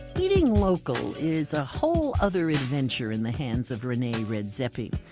eating local is a whole other adventure in the hands of rene redzepi.